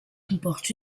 comporte